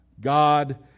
God